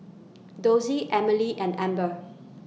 Dossie Emily and Eber